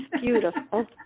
Beautiful